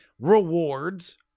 rewards